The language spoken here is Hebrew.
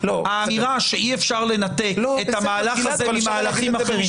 האמירה שאי אפשר לנתק את המהלך הזה ממהלכים אחרים --- לא.